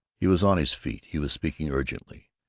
he was on his feet. he was speaking urgently.